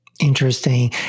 Interesting